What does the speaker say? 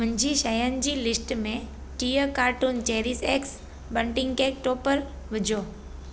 मुंहिंजी शयुनि जी लिस्ट में टीह cartoon cherish x bunting cake topper विझो